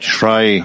try